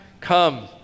come